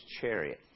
chariot